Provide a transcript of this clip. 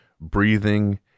breathing